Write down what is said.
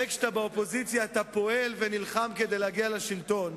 הרי כשאתה באופוזיציה אתה פועל ונלחם להגיע לשלטון,